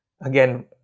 Again